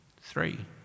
three